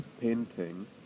painting